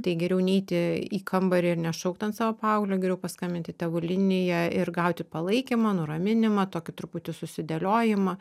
tai geriau neiti į kambarį ir nešaukt ant savo paauglio geriau paskambint į tėvų liniją ir gauti palaikymą nuraminimą tokį truputį susidėliojimą